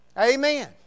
Amen